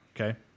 Okay